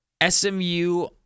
SMU